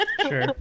Sure